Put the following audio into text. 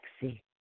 sexy